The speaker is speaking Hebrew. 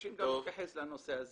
מבקשים גם להתייחס לנושא הזה.